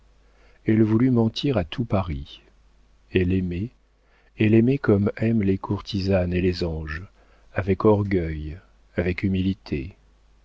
elle voulut mentir à tout paris elle aimait elle aimait comme aiment les courtisanes et les anges avec orgueil avec humilité